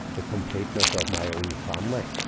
the completeness of my own family